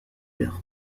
leur